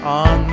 on